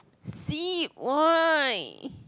see why